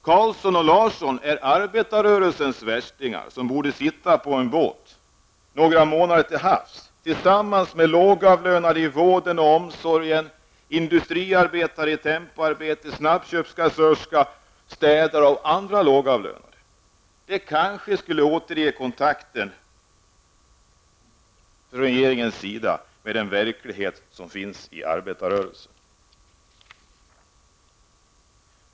Carlsson & Larsson är arbetarrörelsens värstingar, som borde sitta på en båt några månader till havs tillsammans med lågavlönade i vården och omsorgen, någon industriarbetare i tempoarbete, en snabbköpskassörska, städare och andra lågavlönade. Kanske skulle det återge regeringen kontakten med arbetarrörelsens verklighet.